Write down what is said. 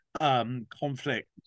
Conflict